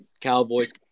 Cowboys